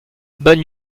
bonne